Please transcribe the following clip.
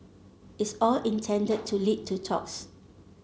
it's all intended to lead to talks